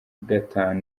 gatatu